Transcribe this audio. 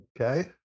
okay